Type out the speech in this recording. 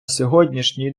сьогоднішній